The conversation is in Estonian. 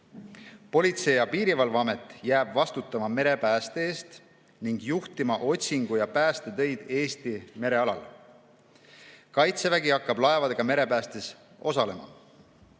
Politsei- ja Piirivalveamet jääb vastutama merepääste eest ning juhtima otsingu- ja päästetöid Eesti merealal. Kaitsevägi hakkab laevadega merepäästes osalema.